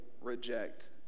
reject